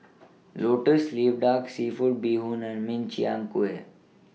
Lotus Leaf Duck Seafood Bee Hoon and Min Chiang Kueh